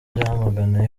iramagana